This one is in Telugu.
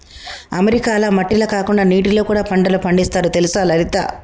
అమెరికాల మట్టిల కాకుండా నీటిలో కూడా పంటలు పండిస్తారు తెలుసా లలిత